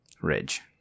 Ridge